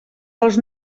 dels